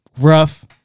rough